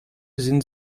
sind